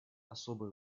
особые